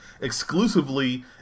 exclusively